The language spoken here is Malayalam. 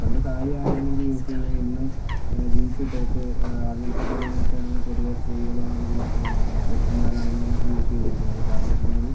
പണ്ട് സാരിയായിരുന്നെങ്കിൽ യൂസ് ചെയ്തിരുന്നെങ്കിൽ ഇന്ന് ജീൻസ് ടോപ്പ് അങ്ങനത്തെ കാര്യങ്ങളൊക്കെയാണ് പൊതുവെ സ്ത്രീകളാണെങ്കിലും പുരുഷന്മാരാണെങ്കിലും യൂസ് ചെയ്തിരിക്കുന്നത് കാരണമെന്താണെന്ന് വെച്ച് കഴിഞ്ഞാൽ